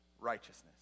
righteousness